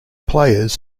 players